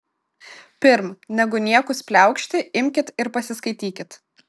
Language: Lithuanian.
pirm negu niekus pliaukšti imkit ir pasiskaitykit